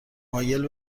مایل